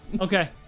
Okay